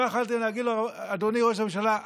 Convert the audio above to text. לא יכולתם להגיד לו: אדוני ראש הממשלה,